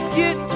get